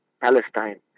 Palestine